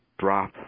Drop